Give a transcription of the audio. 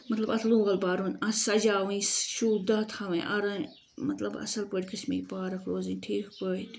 مطلب اَتھ لول بَرُن اَتھ سجاوُن شوٗب دار تھاوٕنۍ مطلب اصل پٲٹھۍ گٔژھِ مےٚ یہِ پارک روزٕنۍ تہٕ ٹھیٖک پٲٹھۍ